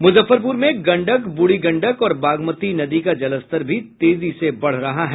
मुजफ्फरपुर में गंडक ब्रूढ़ी गंडक और बागमती नदी का जलस्तर भी तेजी से बढ़ रहा है